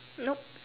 nope